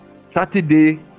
Saturday